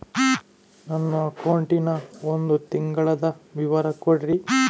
ನನ್ನ ಅಕೌಂಟಿನ ಒಂದು ತಿಂಗಳದ ವಿವರ ಕೊಡ್ರಿ?